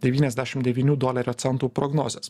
devyniasdešim devynių dolerio centų prognozes